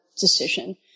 decision